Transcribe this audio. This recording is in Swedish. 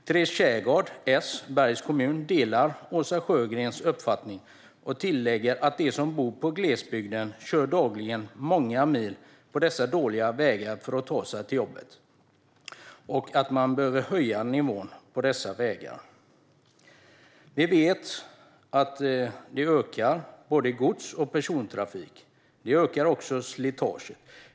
Therese Kärngard i Bergs kommun delar Åsa Sjödéns uppfattning och tillägger att de som bor i glesbygden dagligen kör många mil på dessa dåliga vägar för att ta sig till jobbet och att nivån på dessa vägar behöver höjas. Vi vet att både gods och persontrafik ökar, och det ökar också slitaget.